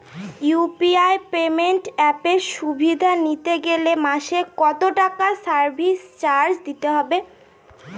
UPI payment অ্যাপের সুবিধা নিতে গেলে মাসে কত টাকা সার্ভিস চার্জ দিতে হবে?